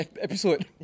episode